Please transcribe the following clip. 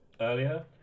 earlier